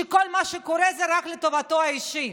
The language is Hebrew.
שכל מה שקורה זה רק לטובתו האישית,